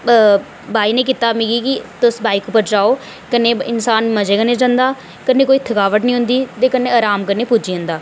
भाई ने कीता मिगी कि तुस बाइक उप्पर जाओ कन्नै इनसान मजे कन्नै जंदा कन्नै कोई थकावट नेई होंदी ते कन्नै अराम कन्नै पुज्जी जंदा